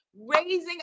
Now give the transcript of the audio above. raising